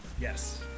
Yes